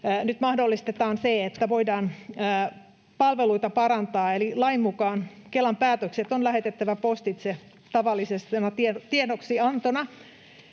nyt mahdollistetaan myöskin se, että voidaan palveluita parantaa. Lain mukaan Kelan päätökset on lähetettävä postitse tavallisena tiedoksiantona,